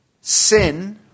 sin